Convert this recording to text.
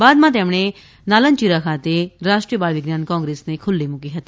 બાદમાં તેમણે નાલનચીરા ખાતે રાષ્ટ્રીય બાળ વિજ્ઞાન કોંગ્રેસને ખુલ્લી મુકી હતી